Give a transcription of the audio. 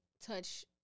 touch